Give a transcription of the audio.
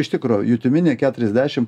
iš tikro jutiminė keturiasdešim